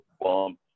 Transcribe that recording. bomb